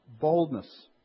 boldness